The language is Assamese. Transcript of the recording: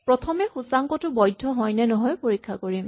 প্ৰথমে সূচাংকটো বৈধ্য হয় নে নহয় পৰীক্ষা কৰিম